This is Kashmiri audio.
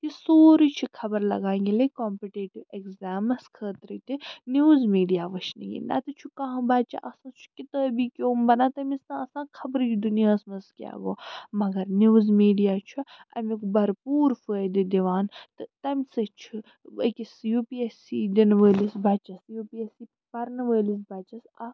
یہِ سورُے چھُ خبر لگان ییٚلے کَمپِٹیٹِو ایٚگزامَس خٲطرٕ تہِ نِوٕز میٖڈیا وُچھنہٕ یی نَہ تہٕ چھُ کانٛہہ بَچہٕ آسان سُہ چھُ کِتٲبی کیٛوم بَنان تٔمِس نہٕ آسان خبرٕے دُنیاہس منٛز کیٛاہ گوٚو مَگر نِوٕز میٖڈیا چھُ اَمیٛک بھر پوٗر فٲیدٕ دِوان تہٕ تَمہِ سۭتۍ چھُ أکِس یوٗ پی ایٚس سی دِنہٕ وٲلِس بَچیٚس یوٗ پی ایٚس سی پَرن وٲلِس بَچیٚس اکھ